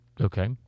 okay